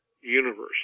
universe